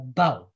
bow